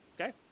Okay